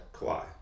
Kawhi